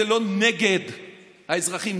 זה לא נגד האזרחים,